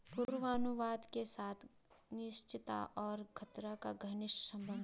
पूर्वानुमान के साथ अनिश्चितता और खतरा का घनिष्ट संबंध है